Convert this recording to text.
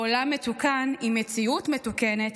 בעולם מתוקן עם מציאות מתוקנת,